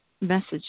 message